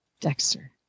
Dexter